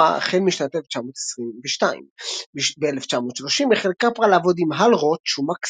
החל משנת 1922. ב-1930 החל קפרה לעבוד עם האל רוץ' ומאק סנט,